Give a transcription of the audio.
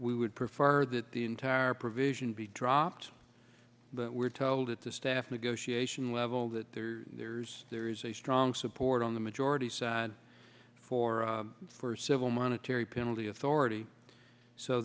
we would prefer that the entire provision be dropped but we're told at the staff negotiation level that there's there is a strong support on the majority side for for civil monetary penalty authority so